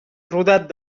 rodat